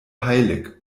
heilig